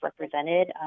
represented